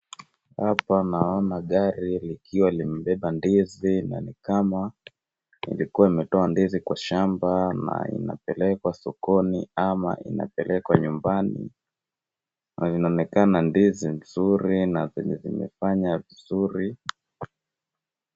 Hapa naona gari ikiwa imebeba ndizi na nikama walikuwa wametoa ndizi kwenye shamba na inapelekwa sokoni ama inapelekwa nyumbani na inaonekana ndizi nzuri na zenye zimefanya vizuri.